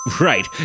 Right